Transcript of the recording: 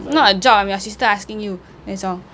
not a job I'm your sister asking you that's all